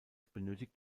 benötigt